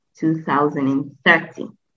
2030